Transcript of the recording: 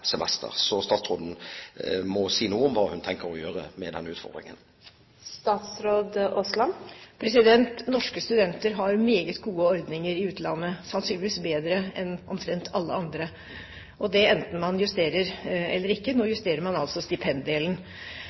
semester. Så statsråden må si noe om hva hun tenker å gjøre med denne utfordringen. Norske studenter har meget gode ordninger i utlandet, sannsynligvis bedre enn omtrent alle andre, og det enten man justerer eller ikke. Nå justerer man altså